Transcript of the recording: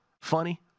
funny